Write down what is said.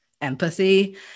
empathy